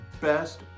best